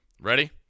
Ready